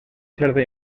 certa